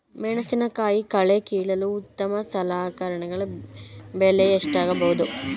ಮೆಣಸಿನಕಾಯಿ ಕಳೆ ಕೀಳಲು ಉತ್ತಮ ಸಲಕರಣೆ ಬೆಲೆ ಎಷ್ಟಾಗಬಹುದು?